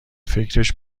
فکرش